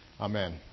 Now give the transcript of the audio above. Amen